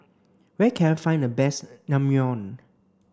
where can I find the best Naengmyeon